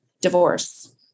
divorce